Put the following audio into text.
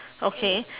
okay